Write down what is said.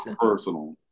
personal